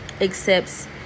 accepts